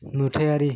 नुथायारि